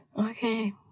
Okay